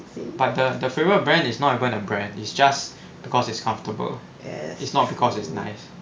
but the the favourite brand is not even a brand is just because it's comfortable it's not because it's nice